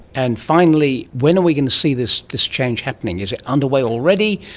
and finally, when are we going to see this this change happening? is it underway already,